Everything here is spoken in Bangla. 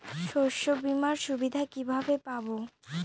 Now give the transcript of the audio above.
শস্যবিমার সুবিধা কিভাবে পাবো?